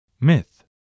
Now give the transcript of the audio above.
Myth